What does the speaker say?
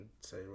say